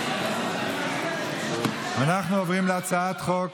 את הצעת חוק